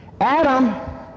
Adam